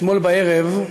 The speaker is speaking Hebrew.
אתמול בערב,